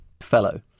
fellow